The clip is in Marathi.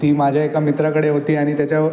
ती माझ्या एका मित्राकडे होती आणि त्याच्यावर